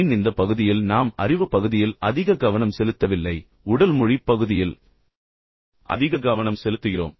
யின் இந்த பகுதியில் நாம் அறிவு பகுதியில் அதிக கவனம் செலுத்தவில்லை ஆனால் உடல் மொழி பகுதியில் அதிக கவனம் செலுத்துகிறோம்